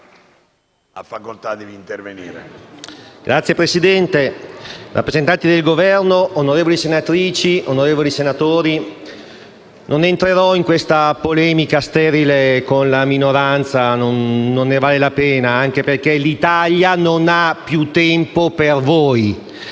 Signor Presidente, rappresentanti del Governo, onorevoli senatrici, onorevoli senatori, non entrerò in questa polemica sterile con la minoranza, perché non ne vale la pena e l'Italia non ha più tempo per voi.